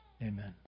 amen